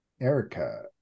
Erica